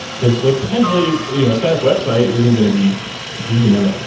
because like potentially, you know a static website isn't going to be a huge amount of